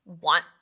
want